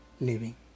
living